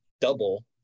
double